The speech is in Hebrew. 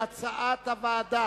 שעה,